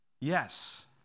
Yes